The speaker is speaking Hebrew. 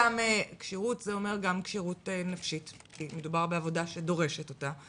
כשירות זה אומר גם כשירות נפשית כי מדובר בעבודה שדורשת אותה,